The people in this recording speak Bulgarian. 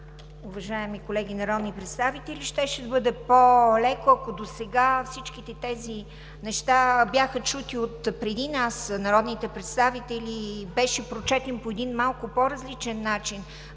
уважаеми колеги народни представители! Щеше да бъде по-леко, ако досега всички тези неща бяха чути от народните представители преди нас и беше прочетен по един малко по-различен начин